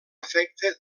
afecta